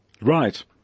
Right